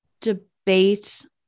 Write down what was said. debate